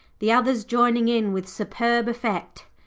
the others joining in with superb effect.